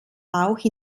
auch